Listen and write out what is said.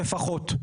לפחות.